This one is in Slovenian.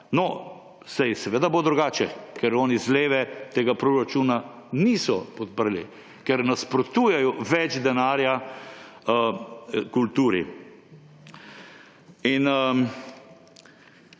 saj seveda bo drugače, ker oni z leve tega proračuna niso podprli, ker nasprotujejo več denarja kulturi. In